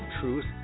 Truth